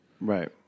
right